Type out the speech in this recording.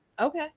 okay